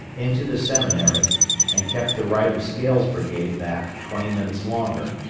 into the seminary and kept the right of scales' brigade back twenty minutes longer,